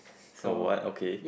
oh what okay